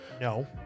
No